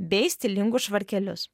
bei stilingus švarkelius